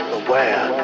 aware